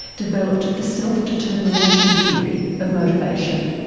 developed the self determination theory of motivation.